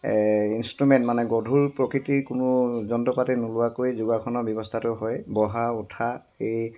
এই ইঞ্চট্ৰোমেণ্ট মানে গধুৰ প্ৰকৃতিৰ কোনো যন্ত্ৰ পাতি নোলোৱাকৈ যোগাসনৰ ব্যৱস্থাটো হয় বহা উঠা এই